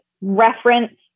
reference